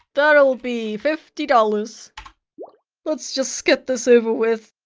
that'll be fifty dollars let's just get this over with